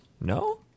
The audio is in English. No